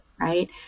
right